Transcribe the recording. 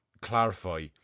clarify